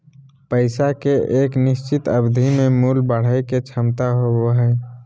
पैसा के एक निश्चित अवधि में मूल्य बढ़य के क्षमता होबो हइ